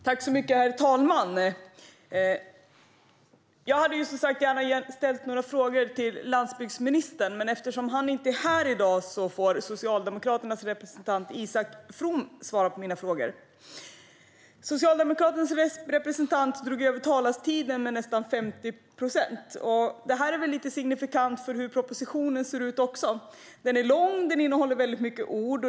Herr talman! Jag hade som sagt gärna ställt några frågor till landsbygdsministern, men eftersom han inte är här i dag får Socialdemokraternas representant Isak From svara på mina frågor. Socialdemokraternas representant överskred talartiden med nästan 50 procent, och det är väl lite signifikant också för hur propositionen ser ut. Den är lång och innehåller väldigt många ord.